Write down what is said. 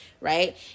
right